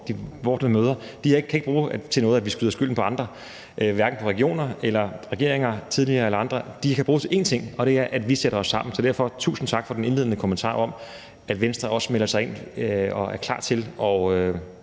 – kan ikke bruge det til noget, at vi skyder skylden på andre, hverken på regioner eller regeringer, tidligere eller nuværende. De kan bruge én ting, og det er, at vi sætter os sammen. Så derfor vil jeg sige tusind tak for den indledende kommentar om, at Venstre også melder sig ind og er klar til at